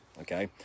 okay